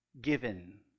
given